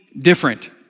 different